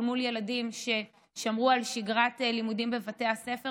לבין ילדים ששמרו על שגרת לימודים בבתי הספר.